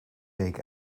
week